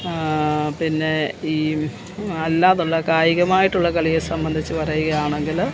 പിന്നെ ഈ അല്ലാതുള്ള കായികമായിട്ടുള്ള കളിയെ സംബന്ധിച്ച് പറയുകയാണെങ്കിൽ